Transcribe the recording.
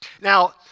Now